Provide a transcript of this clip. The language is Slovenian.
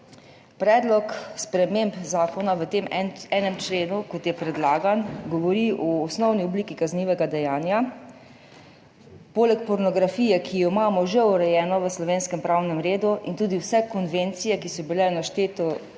Predlog sprememb zakona v tem enem členu, kot je predlagan, govori o osnovni obliki kaznivega dejanja, poleg pornografije, ki je že urejena v slovenskem pravnem redu. Tudi vse konvencije, ki so bile naštete